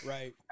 Right